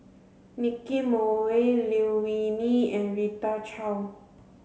Nicky Moey Liew Wee Mee and Rita Chao